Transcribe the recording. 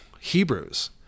Hebrews